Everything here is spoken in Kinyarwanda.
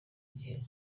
gihe